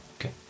Okay